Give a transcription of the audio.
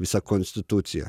visa konstitucija